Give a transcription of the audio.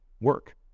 work